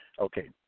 Okay